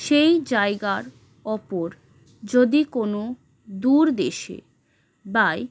সেই জায়গার উপর যদি কোনো দূর দেশে বাই